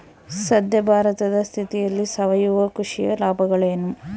ಸದ್ಯ ಭಾರತದ ಸ್ಥಿತಿಯಲ್ಲಿ ಸಾವಯವ ಕೃಷಿಯ ಲಾಭಗಳೇನು?